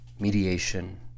mediation